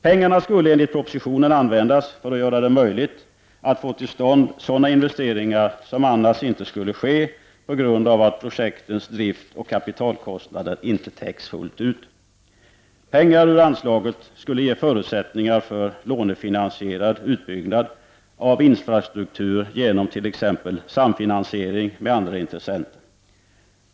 Pengarna skulle enligt propositionen användas för att göra det möjligt att få till stånd sådana investeringar som annars inte skulle ske på grund av att projektens driftoch kapitalkostnader inte täcks fullt ut. Pengar ur anslaget skulle ge förutsättningar för lånefinansierad utbyggnad av infrastruktur genom t.ex. samfinansiering med andra intressenter.